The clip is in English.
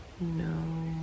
no